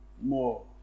more